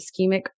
ischemic